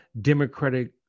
democratic